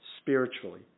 spiritually